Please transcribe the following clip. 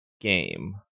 game